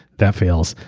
that fails.